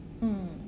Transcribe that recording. mm